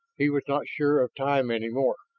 he was not sure of time any more.